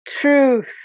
truth